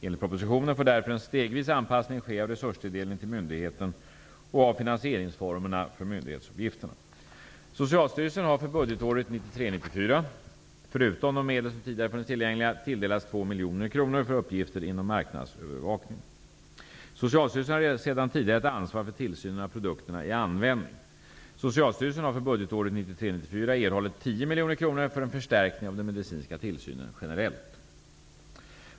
Enligt propositionen får därför en stegvis anpassning ske av resurstilldelning till myndigheten och av finansieringsformerna för myndighetsuppgifterna. Socialstyrelsen har för budgetåret 1993/94, förutom de medel som tidigare funnits tillgängliga, tilldelats 2 miljoner kronor för uppgifter inom marknadsövervakningen. Socialstyrelsen har sedan tidigare ett ansvar för tillsynen av produkterna i användning.